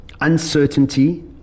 uncertainty